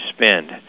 spend